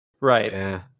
Right